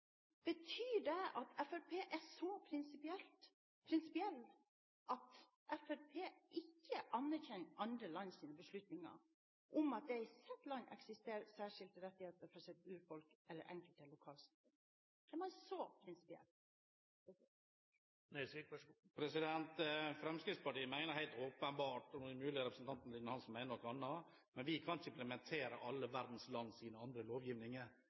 Betyr det at Fremskrittspartiet er så prinsipielle at de ikke anerkjenner andre lands beslutninger om at det i deres land eksisterer særskilte rettigheter for deres urfolk eller enkelte lokalsamfunn? Er man så prinsipiell? Fremskrittspartiet mener – det er mulig representanten Lillian Hansen mener noe annet – at vi ikke kan implementere alle verdens lands lovgivninger. Da skulle vi få det moro her – enten det er land med diktatorstyre, eller andre